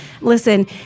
Listen